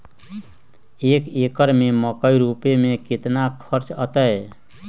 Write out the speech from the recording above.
एक एकर में मकई रोपे में कितना खर्च अतै?